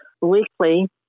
weekly